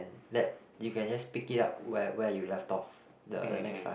let you can just pick it up where where you left off the the next time